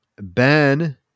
Ben